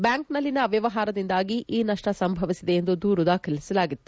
ಬ್ಡಾಂಕ್ನಲ್ಲಿನ ಅವ್ಡವಹಾರದಿಂದಾಗಿ ಈ ನಷ್ಟ ಸಂಭವಿಸಿದೆ ಎಂದು ದೂರು ದಾಖಿಸಲಾಗಿತ್ತು